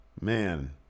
Man